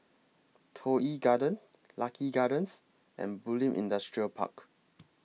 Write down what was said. Toh Yi Garden Lucky Gardens and Bulim Industrial Park